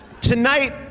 Tonight